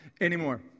anymore